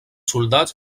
soldats